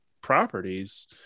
properties